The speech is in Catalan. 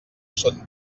són